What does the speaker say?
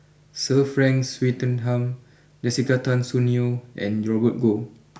Sir Frank Swettenham Jessica Tan Soon Neo and Robert Goh